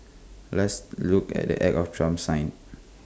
let's look at the act of Trump signed